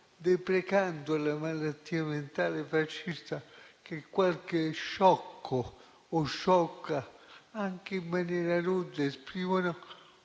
deprecando la malattia mentale fascista che qualche sciocco o sciocca anche in maniera rozza esprimono,